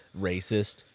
Racist